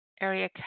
area